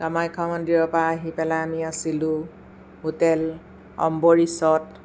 কামাখ্যা মন্দিৰৰ পৰা আহি পেলাই আমি আছিলোঁ হোটেল অম্বৰিছত